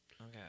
Okay